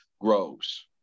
grows